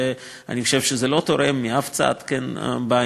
ואני חושב שזה לא תורם מאף צד לעניין.